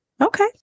Okay